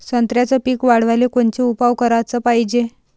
संत्र्याचं पीक वाढवाले कोनचे उपाव कराच पायजे?